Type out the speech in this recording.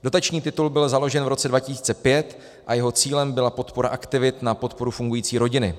Dotační titul byl založen v roce 2005 a jeho cílem byla podpora aktivit na podporu fungující rodiny.